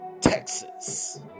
Texas